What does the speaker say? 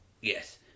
Yes